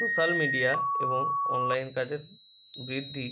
social media এবং online কাজের বৃদ্ধি